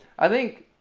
i think.